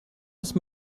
ist